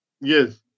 yes